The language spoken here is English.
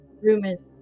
rumors